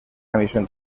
misión